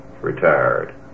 retired